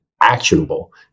actionable